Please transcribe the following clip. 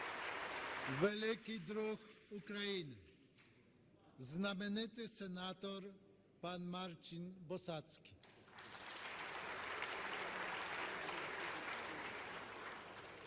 Великий друг України, знаменитий сенатор пан Марчін Босацький